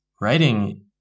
writing